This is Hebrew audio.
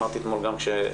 אמרתי אתמול גם כשנבחרתי,